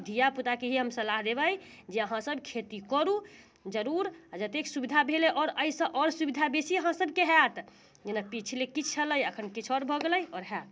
धियापुताके हम इएहे हम सलाह देबै जे अहाँ सभ खेती करू जरूर जतेक सुविधा भेल आओर एहिसँ आओर सुविधा बेसी अहाँ सभके हैत जेना पिछले किछु छलै एखन किछु आओर भऽ गेलै आओर हैत